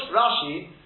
Rashi